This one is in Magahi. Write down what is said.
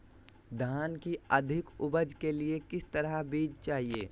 धान की अधिक उपज के लिए किस तरह बीज चाहिए?